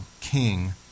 king